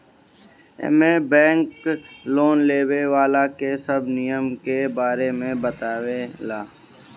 एमे bank loan लेवे वाला के सब नियम के बारे में बतावे ला